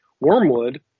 Wormwood